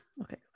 okay